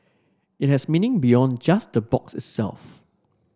it has meaning beyond just the box itself